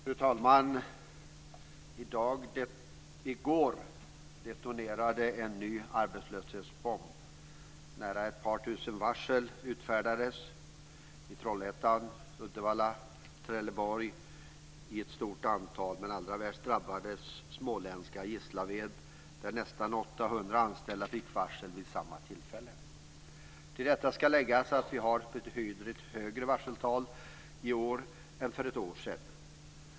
Fru talman! I går detonerade en ny arbetslöshetsbomb. Nära ett par tusen varsel utfärdades i Trollhättan, Uddevalla och Trelleborg i ett stort antal. Allra värst drabbades småländska Gislaved, där nästan 800 Till detta ska läggas att vi har betydligt högre varseltal i år än för ett år sedan.